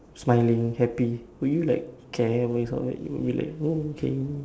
smiling happy will you like care about his outfit you'll be like oh okay